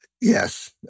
Yes